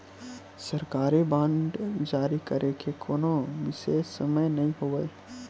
सरकारी बांड जारी करे के कोनो बिसेस समय नइ होवय